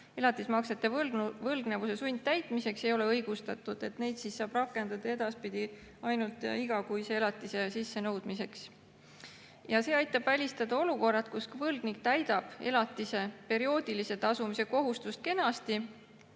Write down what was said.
elatismaksete võlgnevuse sundtäitmiseks ei ole õigustatud. Neid saab rakendada edaspidi ainult igakuise elatise sissenõudmiseks. See aitab välistada olukorra, kus võlgnik täidab elatise perioodilise tasumise kohustust kenasti,